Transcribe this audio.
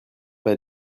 pas